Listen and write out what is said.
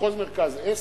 מחוז מרכז,